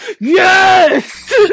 yes